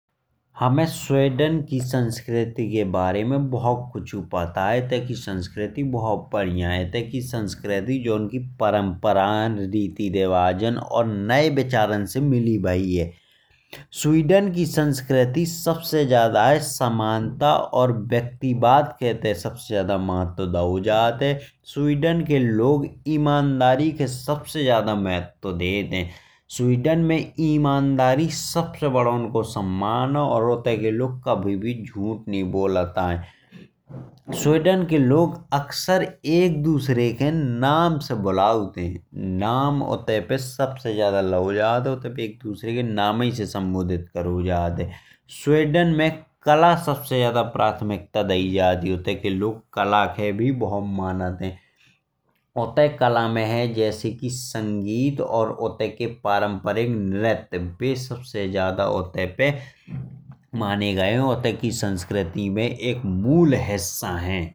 हमें स्वीडन की संस्कृति के बारे में बहुत कुछ पता है। इत्ते की संस्कृति बहुत बढ़िया है। इत्ते की संस्कृति परंपरा नये विचारन और रीति रिवाज न से मिली भी है। स्वीडन की संस्कृति सबसे ज्यादा समानता और व्यक्ति वाद के इत्ते सबसे ज्यादा महत्व दाओ जात है। स्वीडन के लोग ईमानदारी के सबसे ज्यादा महत्व देते हैं। अचानक में ईमानदारी सबसे बड़ा सम्मान आए। उत्ते के लोग कभी भी झूठ नहीं बोलत आए। स्वीडन के लोग अक्सर एक दूसरे को नाम से बुलात हैं। नाम उत्ते पे सबसे ज्यादा लाओ जात है। और एक दूसरे के नाम से सम्बोधित करो जात है। स्वीडन में कला के सबसे ज्यादा प्राथमिकता दी जात ही। उत्ते के लोग कला केन भी बहुत मानत हैं उत्ते कला में हैं। जैसे संगीत और परंपरिक नृत्य सबसे ज्यादा माने गए हैं। और उत्ते की संस्कृति में एक मूल हिस्सा है।